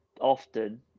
often